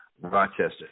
Rochester